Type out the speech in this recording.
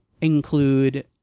include